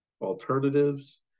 alternatives